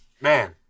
man